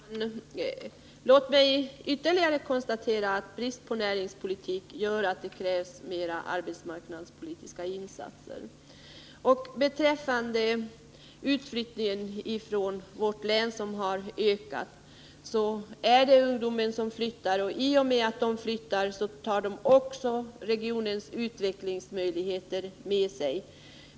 Herr talman! Låt mig ytterligare konstatera att brist på näringspolitik gör att det krävs mer av arbetsmarknadspolitiska insatser. När det gäller utflyttningen från mitt län, som har ökat, är det ungdomen som flyttar. Och i och med att de unga flyttar tar de regionens utvecklingsmöjligheter med sig.